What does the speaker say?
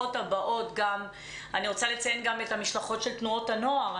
אני רוצה לציין גם את המשלחות של תנועות הנוער.